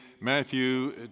Matthew